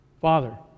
father